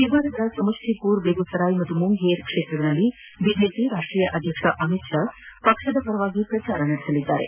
ಬಿಹಾರದ ಸಮಷ್ಟಿಪುರ ಬೇಗುಸರಾಯ್ ಹಾಗೂ ಮುಂಗೇರ್ ಕ್ಷೇತ್ರಗಳಲ್ಲಿ ಬಿಜೆಪಿ ರಾಷ್ಟೀಯ ಅಧ್ಯಕ್ಷ ಅಮಿತ್ ಶಾ ಪಕ್ಷದ ಪರ ಚುನಾವಣಾ ಪ್ರಚಾರ ಮಾಡಲಿದ್ದಾರೆ